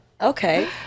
okay